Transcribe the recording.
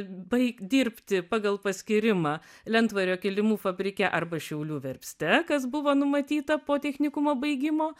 baik dirbti pagal paskyrimą lentvario kilimų fabrike arba šiaulių verpste kas buvo numatyta po technikumo baigimo